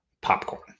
popcorn